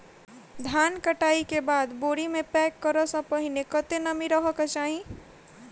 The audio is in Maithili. धान कटाई केँ बाद बोरी मे पैक करऽ सँ पहिने कत्ते नमी रहक चाहि?